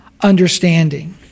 understanding